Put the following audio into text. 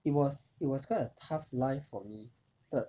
it was it was kind of tough life for me but